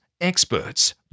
experts